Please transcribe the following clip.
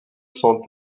sont